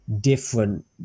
different